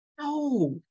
no